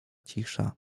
cisza